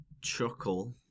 chuckle